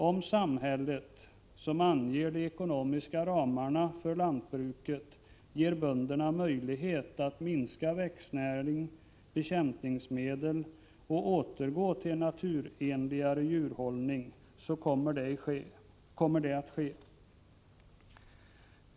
Om samhället, som anger de ekonomiska ramarna för lantbruket, ger bönderna möjlighet att minska mängden växtnäring och bekämpningsmedel och återgå till en naturenligare djurhållning kommer det att ske.